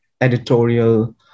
editorial